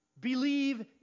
Believe